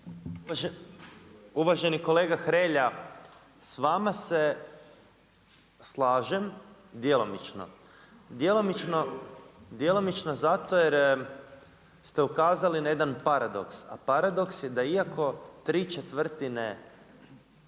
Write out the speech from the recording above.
Uvaženi kolega Hrelja, s vama se slažem djelomično. Djelomično zato jer ste ukazali na jedan paradoks. A paradoks je da iako 3/4 našeg